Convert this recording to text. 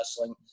wrestling